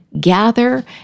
gather